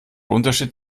unterschied